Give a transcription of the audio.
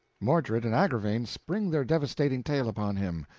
mordred and agravaine spring their devastating tale upon him.